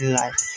life